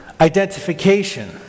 identification